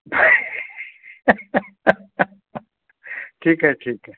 ठीक आहे ठीक आहे